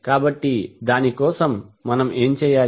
కాబట్టి దాని కోసం మనం ఏమి చేయాలి